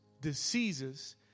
diseases